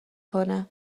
کنه